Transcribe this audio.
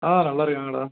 ஆ நல்லா இருக்காங்கடா